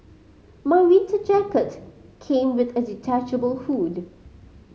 my winter jacket came with a detachable hood